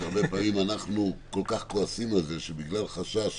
שהרבה פעמים אנחנו כל כך כועסים על זה שבגלל חשש